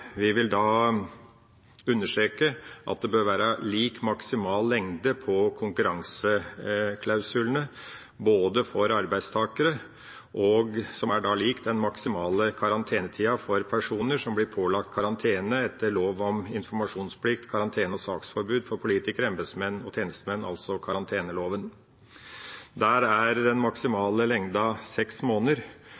Vi vil understreke at det bør være lik maksimal lengde på konkurranseklausulene for arbeidstakere og maksimal karantenetid for personer som blir pålagt karantene etter lov om informasjonsplikt, karantene og saksforbud for politikere, embetsmenn og tjenestemenn, altså karanteneloven. Der er maksimal lengde seks måneder,